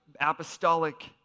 apostolic